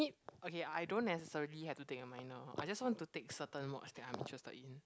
I mean okay I don't necessarily have to take a minor I just want to take certain mods that I'm interested in